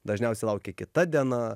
dažniausiai laukia kita diena